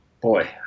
boy